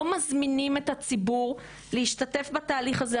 מזמינים את הציבור להשתתף בתהליך הזה,